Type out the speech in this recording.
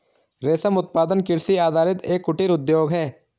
रेशम उत्पादन कृषि आधारित एक कुटीर उद्योग है